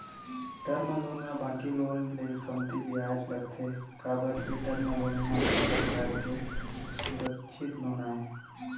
term loan म बाकी loan ले कमती बियाज लगथे काबर के टर्म लोन ह एक परकार के सुरक्छित लोन आय